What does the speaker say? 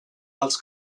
els